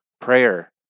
Prayer